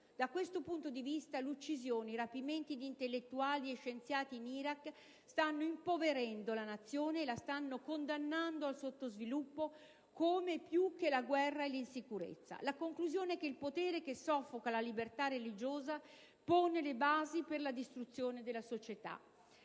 Da questo punto di vista, l'uccisione, i rapimenti di intellettuali e scienziati in Iraq stanno impoverendo la Nazione e la stanno condannando al sottosviluppo, come e più che la guerra e l'insicurezza. La conclusione è che il potere che soffoca la libertà religiosa pone le basi per la distruzione della società: